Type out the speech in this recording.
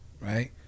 right